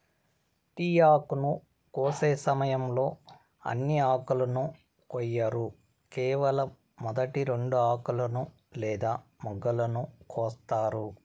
tea ఆకును కోసే సమయంలో అన్ని ఆకులను కొయ్యరు కేవలం మొదటి రెండు ఆకులను లేదా మొగ్గలను కోస్తారు